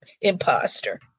imposter